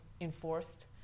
enforced